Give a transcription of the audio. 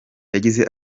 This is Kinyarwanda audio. yagize